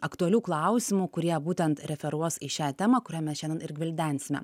aktualių klausimų kurie būtent referuos į šią temą kurią mes šiandien ir gvildensime